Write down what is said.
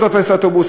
לא תופס אוטובוס,